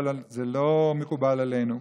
אבל זה לא מקובל עלינו.